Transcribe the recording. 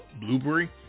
Blueberry